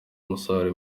umusaruro